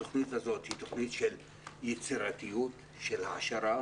התוכנית הזאת היא תוכנית של יצירתיות, של העשרה.